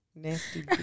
Nasty